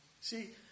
See